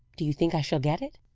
do you think i shall get it?